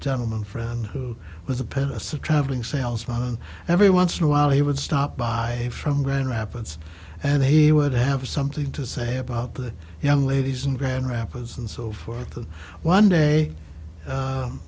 gentleman friend who was a pen a subtracting salesman and every once in a while he would stop by from grand rapids and he would have something to say about the young ladies in grand rapids and so forth and one day